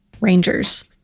rangers